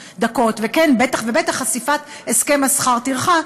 ובטח ובטח חשיפת הסכם שכר הטרחה,